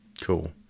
Cool